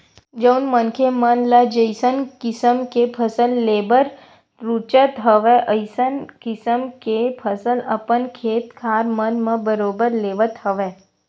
जउन मनखे मन ल जइसन किसम के फसल लेबर रुचत हवय अइसन किसम के फसल अपन खेत खार मन म बरोबर लेवत हवय